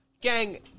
Gang